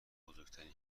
بزرگترین